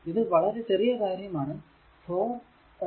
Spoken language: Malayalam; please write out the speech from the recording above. ഇത് വളരെ ചെറിയ കാര്യം ആണ്